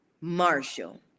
Marshall